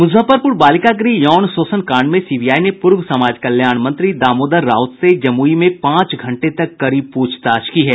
मुजफ्फरपुर बालिका गृह यौन शोषण कांड में सीबीआई ने पूर्व समाज कल्याण मंत्री दामोदर राउत से जमुई में पांच घंटे तक कड़ी प्रछताछ की है